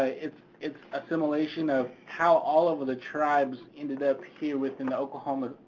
ah it's it's assimilation of how all of the tribes ended up here within the oklahoma,